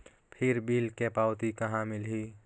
फिर बिल के पावती कहा मिलही?